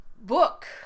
book